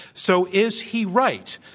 so, is he right?